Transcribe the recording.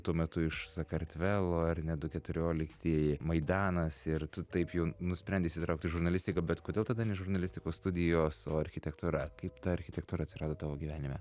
tuo metu iš sakartvelo ar ne du keturioliktieji maidanas ir tu taip jau nusprendei įsitraukt į žurnalistiką bet kodėl tada ne žurnalistikos studijos o architektūra kaip ta architektūra atsirado tavo gyvenime